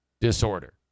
disorder